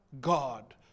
God